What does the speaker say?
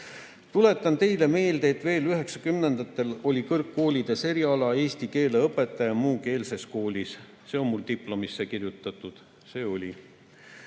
Tuletan teile meelde, et veel 1990-ndatel oli kõrgkoolides eriala "eesti keele õpetaja muukeelses koolis". See on mul diplomisse kirjutatud. See oli.